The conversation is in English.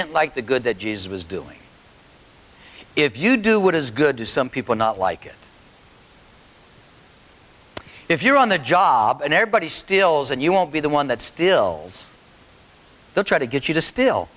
didn't like the good that jesus was doing if you do what is good to some people not like it if you're on the job and everybody stills and you won't be the one that still has the try to get you to still